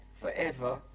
forever